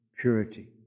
purity